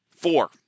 Four